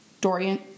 Dorian